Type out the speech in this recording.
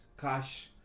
cash